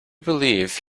believe